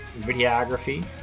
videography